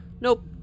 nope